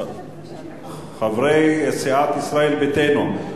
חברי סיעת ישראל ביתנו,